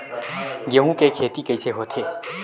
गेहूं के खेती कइसे होथे?